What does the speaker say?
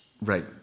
Right